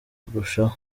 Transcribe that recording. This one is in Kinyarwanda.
kurushaho